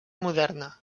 moderna